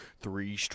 Three